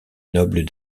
nobles